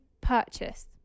purchase